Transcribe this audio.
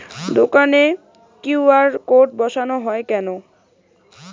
দোকানে QR code বসানো হয় কেন?